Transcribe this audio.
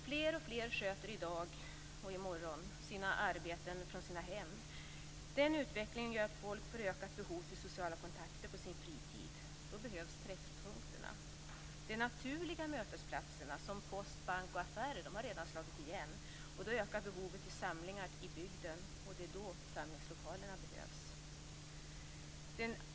Fler och fler sköter i dag sina arbeten från sina hem. Den utvecklingen gör att folk får ökat behov av sociala kontakter på sin fritid. Då behövs träffpunkterna. De naturliga mötesplatserna, som post, bank och affärer, har redan slagit igen, och då ökar behovet av att samlas i bygden. Det är då samlingslokalerna behövs.